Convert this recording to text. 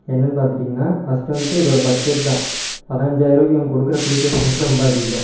என்னென்னு பார்த்துட்டிங்கன்னா ஃபர்ஸ்ட் வந்துவிட்டு இதோடய பட்ஜெட் தான் பதினைஞ்சாயரூபாக்கி அவங்க கொடுக்குற ஃபீச்சர்ஸ் வந்துவிட்டு ரொம்ப அதிகம்